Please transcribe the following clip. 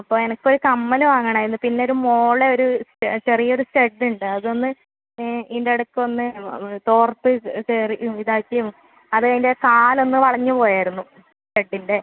അപ്പോൾ എനിക്ക് ഒരു കമ്മൽ വാങ്ങണമായിരുന്നു പിന്നെ ഒരു മോളെ ഒരു ചെറിയ ഒരു സ്റ്റഡ് ഉണ്ട് അതൊന്ന് ഇതുൻ്റെ ഇടക്ക് ഒന്ന് തോർത്ത് കയറി ഇതാക്കിയും അത് അതിൻ്റെ കാൽ ഒന്ന് വളഞ്ഞ് പോയായിരുന്നു സ്റ്റഡ്ഡിൻ്റെ